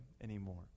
anymore